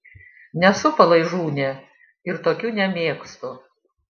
nesu palaižūnė ir tokių nemėgstu